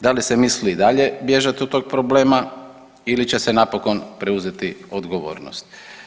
Da li se misli i dalje bježati od tog problema ili će se napokon preuzeti odgovornost.